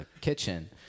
kitchen